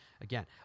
again